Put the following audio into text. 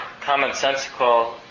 commonsensical